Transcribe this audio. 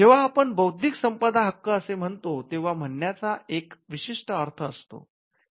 जेव्हा आपण बौद्धिक संपदा हक्क असे म्हणतो तेंव्हा म्हणण्याचा एक विशिष्ट अर्थ असतो